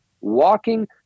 walking